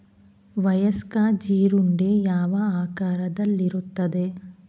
ವಯಸ್ಕ ಜೀರುಂಡೆ ಯಾವ ಆಕಾರದಲ್ಲಿರುತ್ತದೆ?